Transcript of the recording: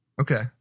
Okay